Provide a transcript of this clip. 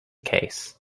case